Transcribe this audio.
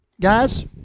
Guys